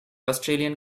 australian